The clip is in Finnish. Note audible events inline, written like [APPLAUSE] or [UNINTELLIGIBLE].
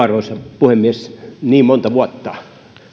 [UNINTELLIGIBLE] arvoisa puhemies niin monta vuotta